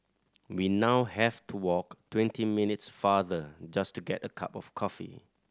we now have to walk twenty minutes farther just to get a cup of coffee